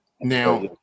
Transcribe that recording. Now